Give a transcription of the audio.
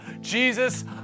Jesus